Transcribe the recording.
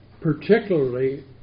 Particularly